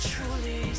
Truly